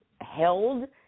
held